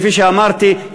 כפי שאמרתי,